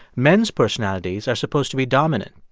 men's personalities are supposed to be dominant,